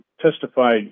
testified